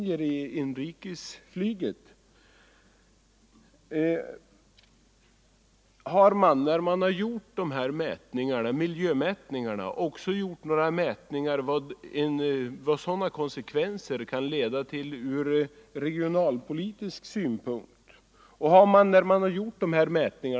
Jag vill också fråga om man, när man gjort dessa miljömätningar, har beräknat vilka konsekvenser inskränkningarna på Bromma kan få från regionalpolitiska synpunkter? 31 Eller har man tagit hänsyn till den nya tekniken?